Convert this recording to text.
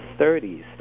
30s